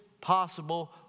possible